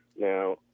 Now